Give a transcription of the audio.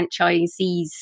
franchisees